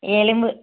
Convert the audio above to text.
எலும்பு